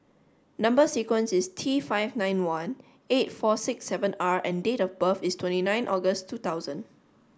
number sequence is T five nine one eight four six seven R and date of birth is twenty nine August two thousand